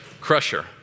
crusher